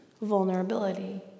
Vulnerability